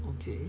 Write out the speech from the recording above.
okay